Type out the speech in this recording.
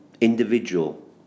individual